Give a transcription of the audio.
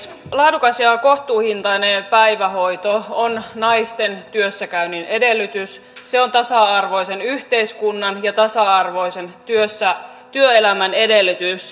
laadukas ja kohtuuhintainen päivähoito on naisten työssäkäynnin edellytys se on tasa arvoisen yhteiskunnan ja tasa arvoisen työelämän edellytys